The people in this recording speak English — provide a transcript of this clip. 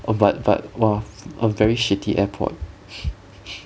oh but but !wah! a very shitty airport